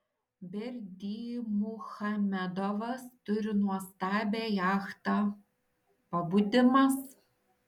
berdymuchamedovas turi nuostabią jachtą pabudimas